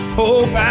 hope